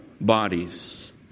bodies